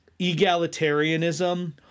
egalitarianism